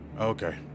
Okay